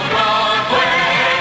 Broadway